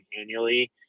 annually